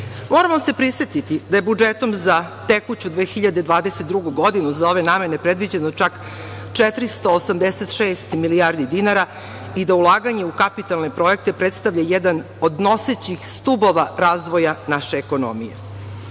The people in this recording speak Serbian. se prisetiti da je budžetom za tekuću 2022. godinu za ove namene predviđeno čak 486 milijardi dinara i da ulaganje u kapitalne projekte predstavlja jedan od nosećih stubova razvoja naše ekonomije. Pre